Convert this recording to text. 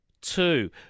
two